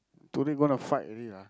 today want to fight already lah